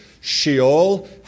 Sheol